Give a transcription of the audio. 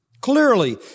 Clearly